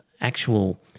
actual